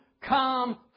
come